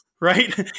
right